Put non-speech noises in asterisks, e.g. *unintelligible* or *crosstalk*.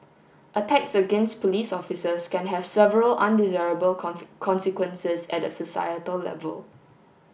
attacks against police officers can have several undesirable *unintelligible* consequences at a societal level